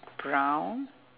brown